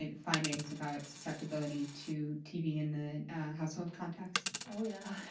ah findings about susceptibility to tb in the household contacts? oh, yeah.